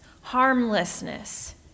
harmlessness